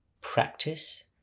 practice